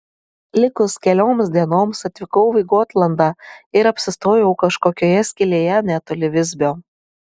likus kelioms dienoms atvykau į gotlandą ir apsistojau kažkokioje skylėje netoli visbio